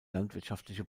landwirtschaftliche